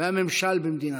והממשל במדינתנו.